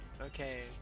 Okay